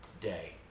day